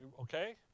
Okay